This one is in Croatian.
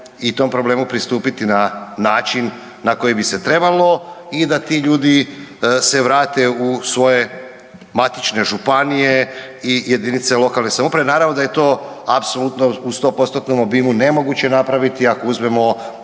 i tom problemu pristupiti na način na koji bi se trebalo i da ti ljudi se vrate u svoje matične županije i JLS-ove. Naravno da je to apsolutno u 100%-tnom obimu nemoguće napraviti ako uzmemo